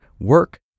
Work